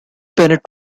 bennet